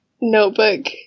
notebook